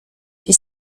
she